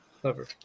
clever